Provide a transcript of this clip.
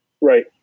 Right